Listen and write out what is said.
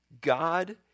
God